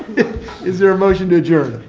is there a motion to adjourn?